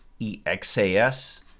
EXAS